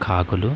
కాకులు